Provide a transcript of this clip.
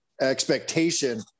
expectation